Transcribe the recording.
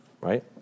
right